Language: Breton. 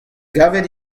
gavet